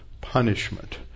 punishment